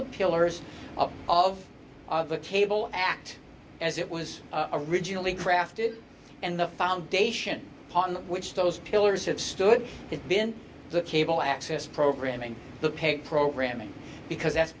the pillars of the cable act as it was originally crafted and the foundation upon which those pillars have stood has been the cable access program and the pick programming because that's